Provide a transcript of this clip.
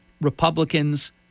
Republicans